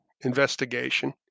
investigation